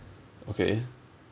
okay